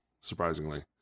surprisingly